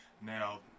Now